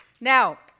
Now